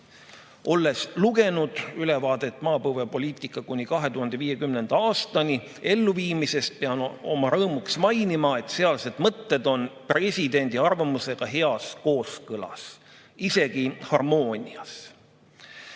[strateegiadokumendi] "Maapõuepoliitika kuni 2050. aastani" elluviimisest, pean oma rõõmuks mainima, et sealsed mõtted on presidendi arvamusega heas kooskõlas, isegi harmoonias.